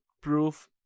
proof